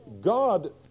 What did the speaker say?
God